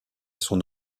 son